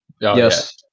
Yes